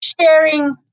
sharing